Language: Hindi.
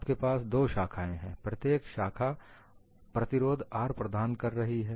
आपके पास दो शाखाएं हैं प्रत्येक शाखा प्रतिरोध R प्रदान कर रही है